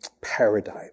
paradigm